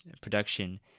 production